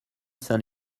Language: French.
saint